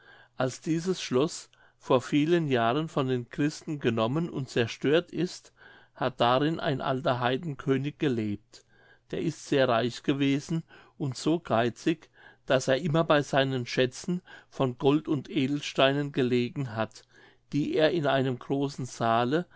als dieses schloß vor vielen jahren von den christen genommen und zerstört ist hat darin ein alter heidenkönig gelebt der ist sehr reich gewesen und so geizig daß er immer bei seinen schätzen von gold und edelsteinen gelegen hat die er in einem großen saale